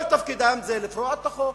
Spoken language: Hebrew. כל תפקידם זה לפרוע את החוק,